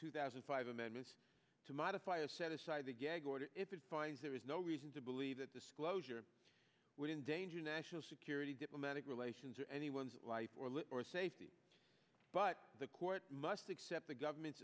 two thousand five amendments to modify a set aside the gag order if it finds there is no reason to believe that disclosure would endanger national security diplomatic relations or anyone's life or limb or safety but the court must accept the government's